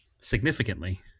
Significantly